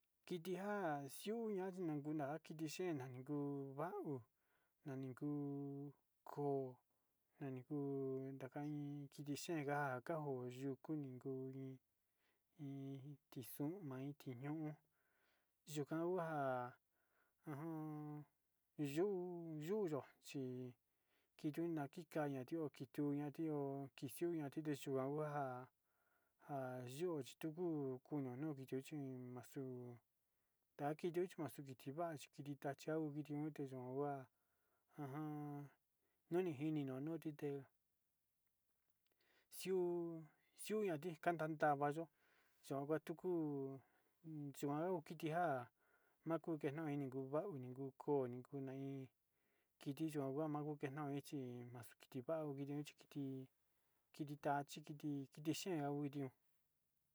Kiti njan kiti xhiuñia ñamnguu kitinjan kijena'a nanguu njan uu naniku ko'ó nani kuu naka iin kiti yenga kanguo yuku nikui, iin tixun iin tiñon yunkan uja'a uun yu'u yuyu chí kiyoí ñakikaña yi'ó tuña'a yo'o kixuña kite kuahua ha yiu chi tuku kuu nunuti chi'i maxuu tachu xii kitiva kiti tachao kite ute cho'o o v'a jajan unijine ña'a ñio xute xiu xiu vate'e iin kan tava yo'ó yuan tuku xuan no kiti nga nakuu keno ini kuu vu ini nguu kona ka iin kiti yua manguo kenoao ichi maxuu kiti va'o kiti nuao kiti, kiti tachi kiti kiti xhau uteó.